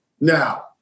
Now